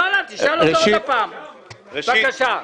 --- בבקשה.